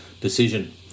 decision